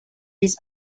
his